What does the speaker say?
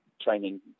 training